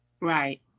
Right